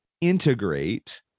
integrate